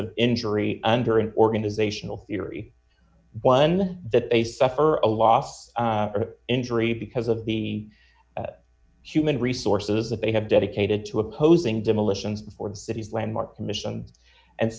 of injury under an organizational theory one that they suffer a loss or injury because of the human resources that they have dedicated to opposing demolitions for the city landmark commission